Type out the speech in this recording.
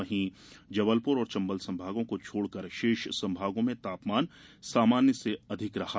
वहीं जबलपुर और चंबल संभागों को छोड़कर शेष संभागों में तापमान सामान्य से अधिक रहा